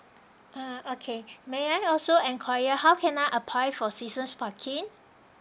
ah okay may I also enquire how can I apply for seasons parking